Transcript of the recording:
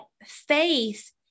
faith